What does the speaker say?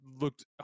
looked